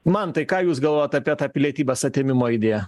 mantai ką jūs galvojot apie tą pilietybės atėmimo idėją